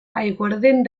aiguardent